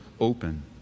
open